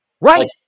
right